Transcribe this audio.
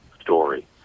story